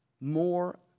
more